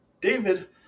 David